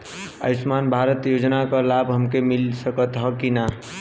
आयुष्मान भारत योजना क लाभ हमके मिल सकत ह कि ना?